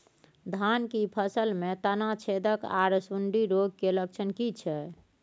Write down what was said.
धान की फसल में तना छेदक आर सुंडी रोग के लक्षण की छै?